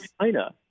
China